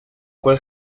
cual